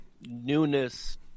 newness